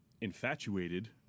infatuated